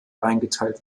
eingeteilt